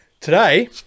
Today